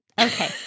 Okay